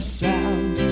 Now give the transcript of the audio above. sound